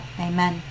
amen